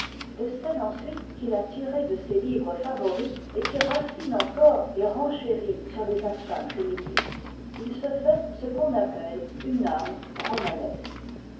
de celle ensuite qu'il a tirée de ses livres favoris et qui raffine encore et renchérit sur les instincts primitifs il se fait ce qu'on appelle une âme romanesque